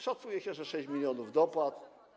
Szacuje się, że 6 mln dopłat.